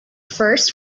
first